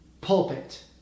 Pulpit